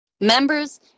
Members